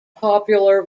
popular